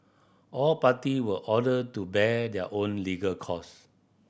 all party were ordered to bear their own legal cost